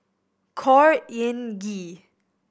Khor Ean Ghee